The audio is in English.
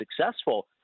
successful